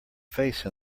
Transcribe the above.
face